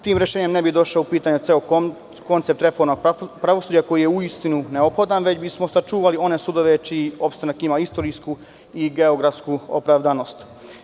Tim rešenjem ne bi došao u pitanje ceo koncept reforme pravosuđa, koji je, uistinu, neophodan, već bismo sačuvali one sudove čiji opstanak ima istorijsku i geografsku opravdanost.